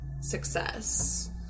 success